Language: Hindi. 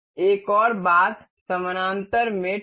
एक और बात समानांतर मेट है